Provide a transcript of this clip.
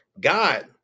God